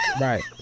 Right